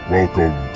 Welcome